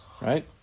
right